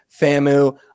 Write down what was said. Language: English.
FAMU